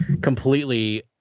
completely